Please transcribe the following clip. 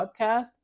podcast